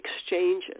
exchanges